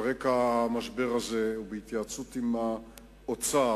על רקע המשבר הזה, בהתייעצות עם האוצר,